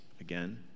again